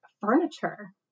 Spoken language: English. furniture